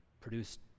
produced